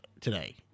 today